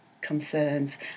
concerns